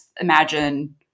imagine